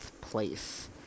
place